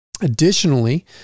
Additionally